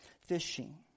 fishing